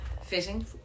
fitting